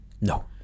No